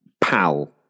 PAL